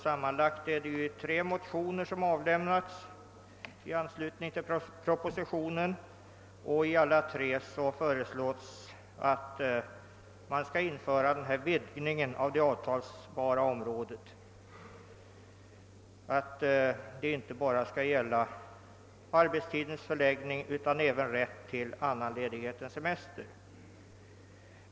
Sammanlagt har tre motioner väckts i anslutning till propositionen, och i samtliga har föreslagits en vidgning av det avtalsbara området, så att detta skall omfatta inte bara arbetstidens förläggning utan även rätt till annan ledighet än semester.